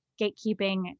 gatekeeping